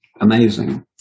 amazing